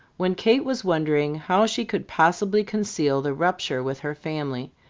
when kate was wondering how she could possibly conceal the rupture with her family,